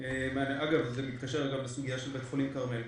אגב, זה מתקשר לסוגיה של בית החולים כרמל.